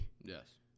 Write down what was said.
Yes